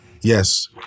Yes